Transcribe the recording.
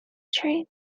train